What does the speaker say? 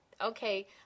Okay